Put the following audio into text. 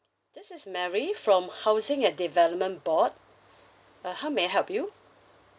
this is mary from housing and development board uh how may I help you